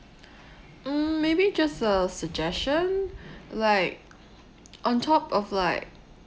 mm maybe just a suggestion like on top of like